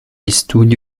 studi